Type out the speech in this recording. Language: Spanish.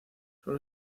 solo